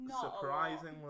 Surprisingly